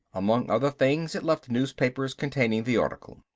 among other things, it left newspapers containing the article.